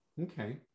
Okay